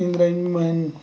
इंद्रायन महीन